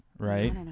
Right